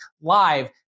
live